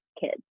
kids